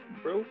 bro